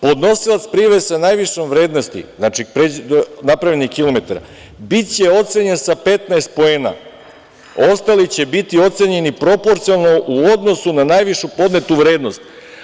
Podnosilac prijave sa najvišom vrednosti, znači, napravljenih kilometara, biće ocenjen sa 15 poena, ostali će biti ocenjeni proporcijalno u odnosu na najvišu podnetu vrednost.